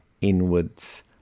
inwards